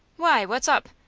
why, what's up?